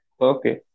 Okay